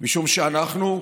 משום שאנחנו,